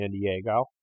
Diego